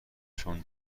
چون